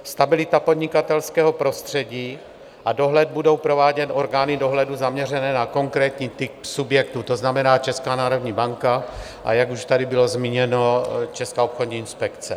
Stabilita podnikatelského prostředí a dohled budou provádět orgány dohledu zaměřené na konkrétní typ subjektu, to znamená Česká národní banka, a jak už tady bylo zmíněno, Česká obchodní inspekce.